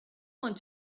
want